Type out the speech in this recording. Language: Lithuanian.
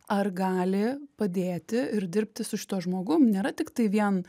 ar gali padėti ir dirbti su šituo žmogum nėra tiktai vien